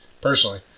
personally